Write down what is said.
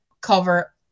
cover